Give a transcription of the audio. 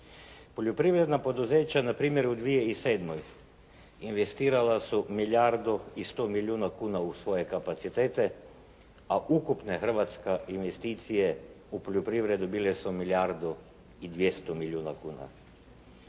Poljoprivredna poduzeća npr. u 2007. investirala su milijardu i 100 milijuna kuna u svoje kapacitete, a ukupne hrvatske investicije u poljoprivredu bile su milijardu i 200 milijuna kuna.